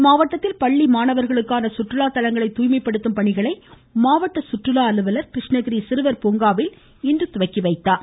இம்மாவட்டத்தில் பள்ளி மாணவர்களுக்கான சுற்றுலாத் தளங்களை தூய்மைப் படுத்தும் பணியை மாவட்ட சுற்றுலா அலுவலர் கிருஷ்ணகிரி சிறுவர் பூங்காவில் இன்று தொடங்கி வைத்தார்